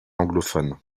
anglophone